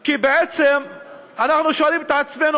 כי בעצם אנחנו שואלים את עצמנו,